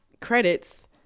credits